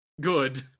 Good